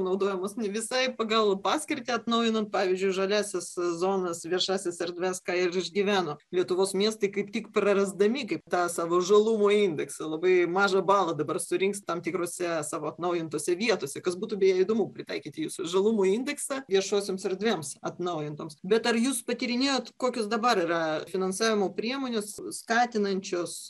naudojamos ne visai pagal paskirtį atnaujinant pavyzdžiui žaliąsias zonas viešąsias erdves ką ir išgyveno lietuvos miestai kaip tik prarasdami kaip tą savo žalumo in deksą labai mažą balą dabar surinks tam tikrose savo atnaujintose vietose kas būtų beje įdomu pritaikyti jūsų žalumo indeksą viešosioms erdvėms atnaujintoms bet ar jūs patyrinėjot kokius dabar yra finansavimo priemonės skatinančios